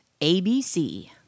ABC